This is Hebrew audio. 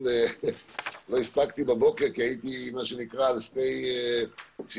לא הספקתי בבוקר כי הייתי על שני צירים,